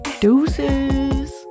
deuces